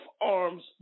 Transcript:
arms